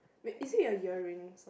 wait it is your earring